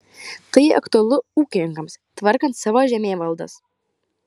tai aktualu ūkininkams tvarkant savo žemėvaldas